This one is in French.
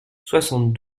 soixante